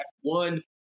one